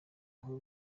aho